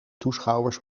toeschouwers